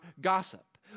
gossip